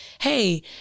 hey